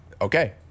Okay